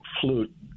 flute